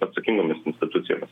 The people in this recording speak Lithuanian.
atsakingomis institucijomis